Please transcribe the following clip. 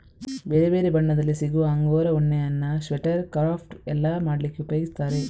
ಬೇರೆ ಬೇರೆ ಬಣ್ಣದಲ್ಲಿ ಸಿಗುವ ಅಂಗೋರಾ ಉಣ್ಣೆಯನ್ನ ಸ್ವೆಟರ್, ಕ್ರಾಫ್ಟ್ ಎಲ್ಲ ಮಾಡ್ಲಿಕ್ಕೆ ಉಪಯೋಗಿಸ್ತಾರೆ